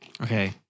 Okay